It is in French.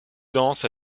danse